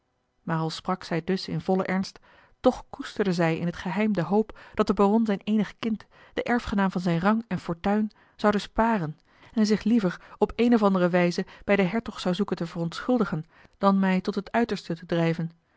maar al sprak zij dus in vollen ernst toch koesterde zij in t geheim de hoop dat de baron zijn eenig kind den erfgenaam van zijn rang en fortuin zoude sparen en zich liever op eene of andere wijze bij den hertog zou zoeken te verontschuldigen dan mij tot het uiterste te drijven